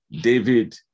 David